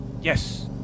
yes